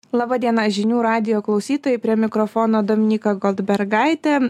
laba diena žinių radijo klausytojai prie mikrofono dominyka goldbergaitė